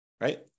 right